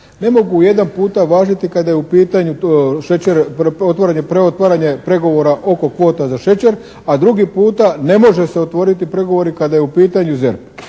ne mogu jedan puta važiti kada je u pitanju otvaranje pregovora oko kvota za šećer, a drugi puta ne može se otvoriti pregovori kada je u pitanju